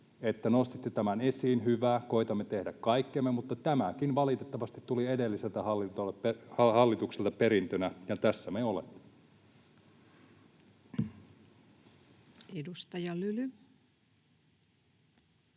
että nostitte tämän esiin, koetamme tehdä kaikkemme, mutta tämäkin valitettavasti tuli edelliseltä hallitukselta perintönä — ja tässä me olemme.